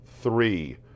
three